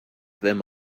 them